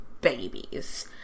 babies